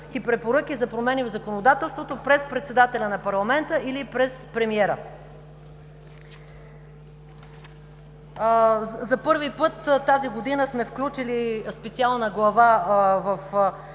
и препоръки за промени в законодателството през председателя на парламента, или през премиера. За първи път тази година сме включили специална глава в доклада,